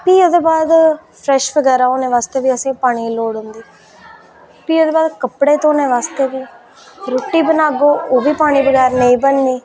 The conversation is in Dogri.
भी ओह्दे बाद फ्रैश ह् बगैरा होने आस्तै बी असें ई पानी दी लोड़ पौंदी भी ओह्दे बाद कपड़े धोने आस्तै बी रुट्टी बनाह्गे ओह् बी पानी बगैर निं बननी